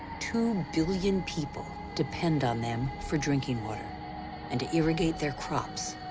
two billion people depend on them for drinking water and to irrigate their crops,